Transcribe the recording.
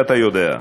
ואתה יודע.